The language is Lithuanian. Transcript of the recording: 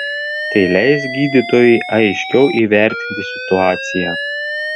tai leis gydytojui aiškiau įvertinti situaciją